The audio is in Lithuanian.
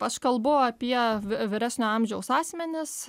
aš kalbu apie vi vyresnio amžiaus asmenis